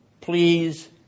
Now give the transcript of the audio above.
please